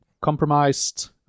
compromised